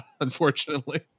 unfortunately